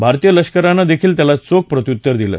भारतीय लष्करानं देखील त्याला चोख प्रत्युत्तर दिलं